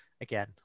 again